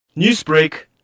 Newsbreak